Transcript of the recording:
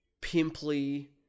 pimply